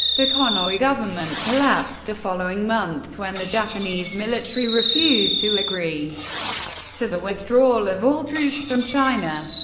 the konoye government collapsed the following month when the japanese military refused to agree to the withdrawal of all troops from china.